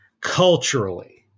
culturally